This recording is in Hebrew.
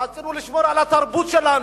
רצינו לשמור על התרבות שלנו.